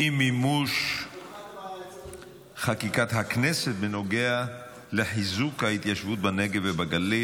אי-מימוש חקיקת הכנסת בנוגע לחיזוק ההתיישבות בנגב ובגליל.